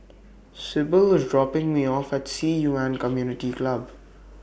Syble IS dropping Me off At Ci Yuan Community Club